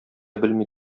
белми